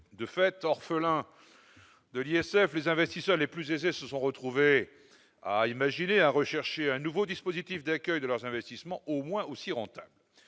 De fait, orphelins de l'ISF, les investisseurs les plus aisés se sont retrouvés à imaginer un nouveau dispositif d'accueil de leurs investissements au moins aussi rentable.